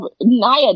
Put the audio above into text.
Naya